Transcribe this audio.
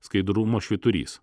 skaidrumo švyturys